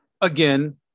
Again